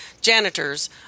janitors